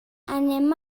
anem